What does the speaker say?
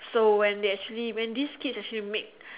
so when they actually when this kids actually make